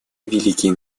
великий